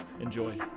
Enjoy